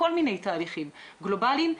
כל מיני תהליכים גלובליים,